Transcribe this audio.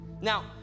Now